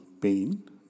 pain